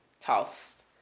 tossed